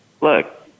look